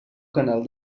canal